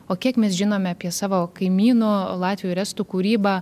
o kiek mes žinome apie savo kaimynų latvių ir estų kūrybą